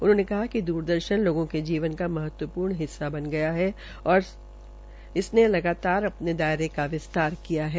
उन्होंने कहा कि दूरदर्शन् लोगों के जीवन का महत्वपूर्ण हिस्सा बन गया है और इसने लगातार अपने दायरे का विस्तार किया है